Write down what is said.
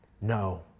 No